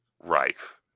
Rife